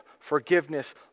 forgiveness